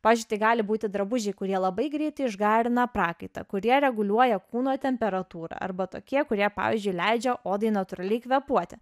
pavyzdžiui tai gali būti drabužiai kurie labai greitai išgarina prakaitą kurie reguliuoja kūno temperatūrą arba tokie kurie pavyzdžiui leidžia odai natūraliai kvėpuoti